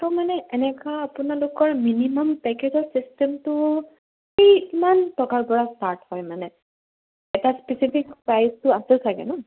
ত' মানে এনেকুৱা আপোনালোকৰ মিনিমাম পেকেজৰ চিষ্টেমটো কেই কিমান টকাৰ পৰা ষ্টাৰ্ট হয় মানে এটা স্পেচিফিক প্ৰাইচটো আছে চাগে নহ্